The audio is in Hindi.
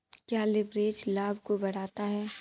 क्या लिवरेज लाभ को बढ़ाता है?